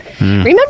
Remember